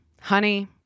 honey